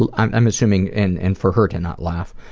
and i'm i'm assuming and and for her to not laugh.